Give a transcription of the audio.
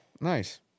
Nice